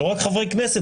לא רק חברי כנסת,